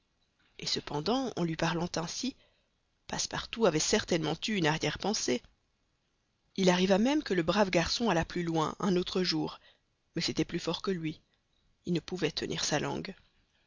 et cependant en lui parlant ainsi passepartout avait certainement eu une arrière-pensée il arriva même que le brave garçon alla plus loin un autre jour mais c'était plus fort que lui il ne pouvait tenir sa langue